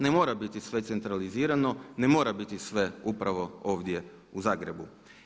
Ne mora biti sve centralizirano, ne mora biti sve upravo ovdje u Zagrebu.